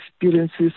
experiences